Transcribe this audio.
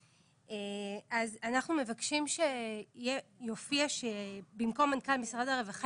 אז אנחנו מבקשים שיופיע במקום מנכ"ל משרד הרווחה